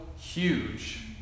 huge